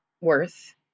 worth